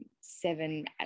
seven